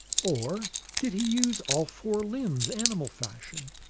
or did he use all four limbs, animal-fashion?